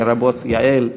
לרבות יעל,